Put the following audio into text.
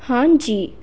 ਹਾਂਜੀ